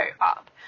up